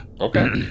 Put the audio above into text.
Okay